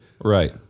Right